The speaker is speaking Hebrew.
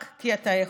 רק כי אתה יכול.